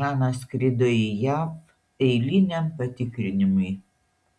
žana skrido į jav eiliniam patikrinimui